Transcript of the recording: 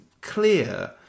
clear